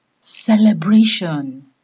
Celebration